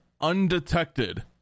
undetected